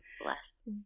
bless